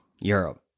Europe